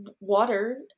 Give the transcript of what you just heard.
water